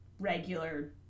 regular